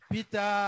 Peter